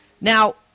Now